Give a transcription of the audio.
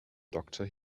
doctor